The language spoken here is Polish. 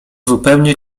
zupełnie